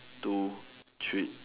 two three